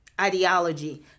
ideology